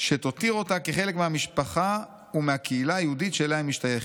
שתותיר אותה כחלק מהמשפחה ומהקהילה היהודית שאליה היא משתייכת".